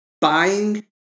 Buying